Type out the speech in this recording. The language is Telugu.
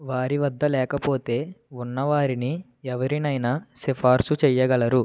వారి వద్ద లేకపోతే ఉన్నవారిని ఎవరినైనా సిఫార్సు చేయగలరు